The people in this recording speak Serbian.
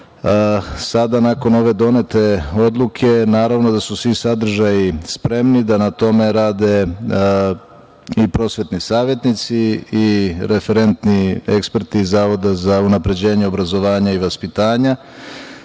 sada nakon ove donete odluke naravno da su svi sadržaji spremni da na tome rade i prosvetni savetnici i referentni eksperti Zavoda za unapređenje obrazovanja i vaspitanja.